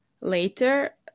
later